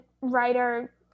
writer